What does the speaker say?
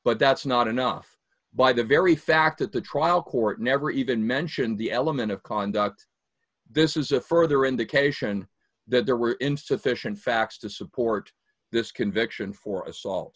but that's not enough by the very fact that the trial court never even mentioned the element of conduct this is a further indication that there were insufficient facts to support this conviction for